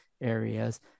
areas